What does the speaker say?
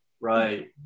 Right